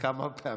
כמה פעמים.